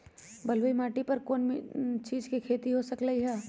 बलुई माटी पर कोन कोन चीज के खेती हो सकलई ह?